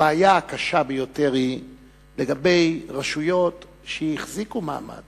הבעיה הקשה ביותר היא לגבי רשויות שהחזיקו מעמד